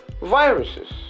viruses